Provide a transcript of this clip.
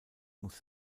muss